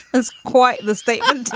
that's quite the statement.